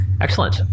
Excellent